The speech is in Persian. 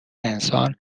انسان